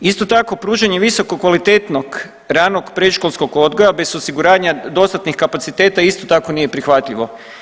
Isto tako pružanje visokokvalitetnog ranog predškolskog odgoja bez osiguranja dostatnih kapaciteta isto tako nije prihvatljivo.